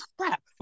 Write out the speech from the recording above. crap